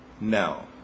Now